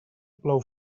plou